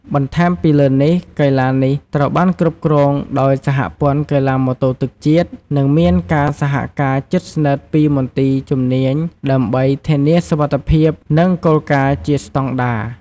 បន្ថែមពីលើនេះ កីឡានេះត្រូវបានគ្រប់គ្រងដោយសហព័ន្ធកីឡាម៉ូតូទឹកជាតិ និងមានការសហការជិតស្និទ្ធពីមន្ទីរជំនាញដើម្បីធានាសុវត្ថិភាព និងគោលការណ៍ជាស្តង់ដារ។